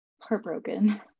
Heartbroken